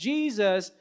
Jesus